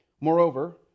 Moreover